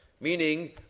Meaning